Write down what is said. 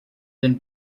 been